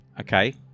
Okay